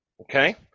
okay